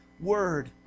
word